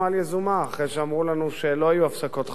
אחרי שאמרו לנו שלא יהיו הפסקות חשמל יזומות,